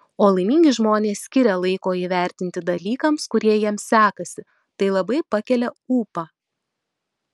o laimingi žmonės skiria laiko įvertinti dalykams kurie jiems sekasi tai labai pakelia ūpą